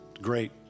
great